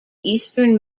eastern